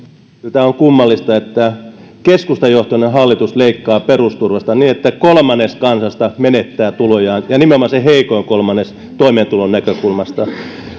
tämä on kummallista että keskustajohtoinen hallitus leikkaa perusturvasta niin että kolmannes kansasta menettää tulojaan ja nimenomaan se heikoin kolmannes toimeentulon näkökulmasta